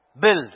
Build